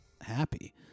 happy